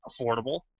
affordable